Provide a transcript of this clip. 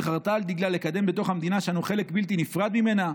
חרתה על דגלה לקדם בתוך המדינה שאנו חלק בלתי נפרד ממנה.